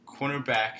Cornerback